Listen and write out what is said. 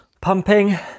pumping